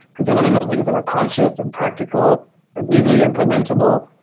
because they wanna know things that are conscious and practical and easily implementable.